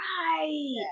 right